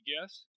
guess